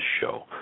show